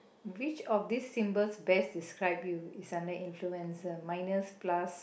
which of these symbols best describe you is under influencer minus plus